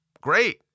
great